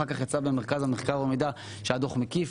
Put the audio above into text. אחר כך יצא ממרכז המחקר והמידע שהדוח מקיף,